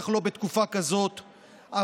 בטח לא בתקופה כזאת,